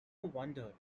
wondered